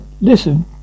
listen